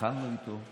אכלנו איתו.